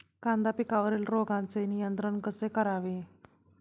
कांदा पिकावरील रोगांचे नियंत्रण कसे करावे?